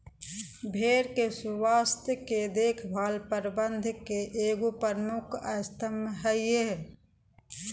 भेड़ के स्वास्थ के देख भाल प्रबंधन के एगो प्रमुख स्तम्भ हइ